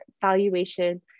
valuation